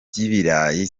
by’ibirayi